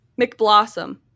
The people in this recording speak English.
McBlossom